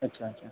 अच्छा अच्छा